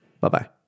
Bye-bye